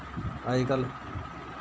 अजकल्ल